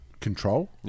control